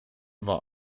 war